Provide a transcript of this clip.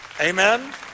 Amen